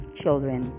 children